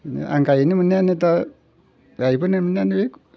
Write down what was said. आं गायनो मोननायानो दा गायबोनो मोननायानो बे